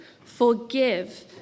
forgive